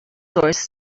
source